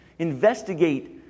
investigate